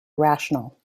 rational